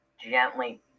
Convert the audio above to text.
gently